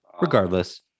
regardless